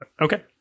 Okay